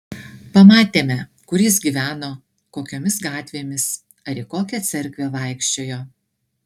pamatėme kur jis gyveno kokiomis gatvėmis ar į kokią cerkvę vaikščiojo